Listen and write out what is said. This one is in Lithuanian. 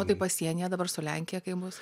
o tai pasienyje dabar su lenkija kaip bus